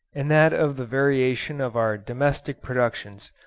and that of the variation of our domestic productions,